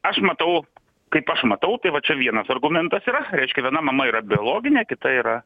aš matau kaip aš matau tai va čia vienas argumentas yra reiškia viena mama yra biologinė kita yra